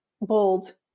bold